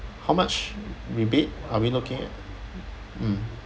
how much rebate are we looking at mm